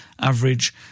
average